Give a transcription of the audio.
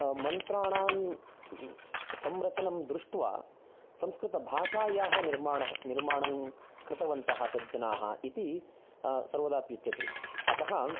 मन्त्राणां संरचनं दृष्ट्वा संस्कृतभाषायाः निर्माणः निमार्णं कृतवन्तः सज्जनाः इति सर्वदा अपि उच्यते अतः